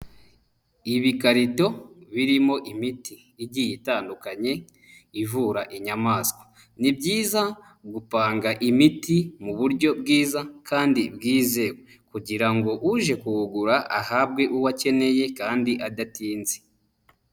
Ibikarito birimo imiti igiye itandukanye ivura inyamaswa, ni byiza gupanga imiti mu buryo bwiza kandi bwizewe kugira ngo uje kuwugura ahabwe uwo akeneye kandi adatinze.